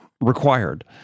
required